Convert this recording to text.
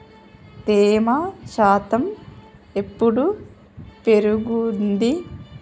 తేమ శాతం ఎప్పుడు పెరుగుద్ది?